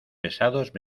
pesados